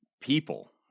people